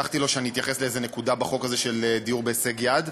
הבטחתי לו שאני אתייחס לאיזו נקודה בחוק הזה של דיור בהישג יד.